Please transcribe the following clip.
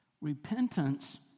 Repentance